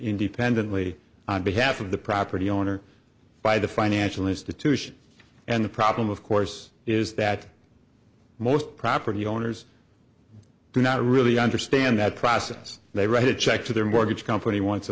independently on behalf of the property owner by the financial institution and the problem of course is that most property owners do not really understand that process they write a check to their mortgage company once a